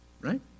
right